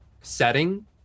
setting